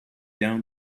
down